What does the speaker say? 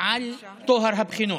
על טוהר הבחינות.